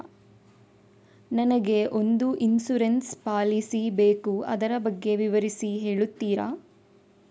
ನನಗೆ ಒಂದು insurance policy ಬೇಕು ಅದರ ಬಗ್ಗೆ ವಿವರಿಸಿ ಹೇಳುತ್ತೀರಾ?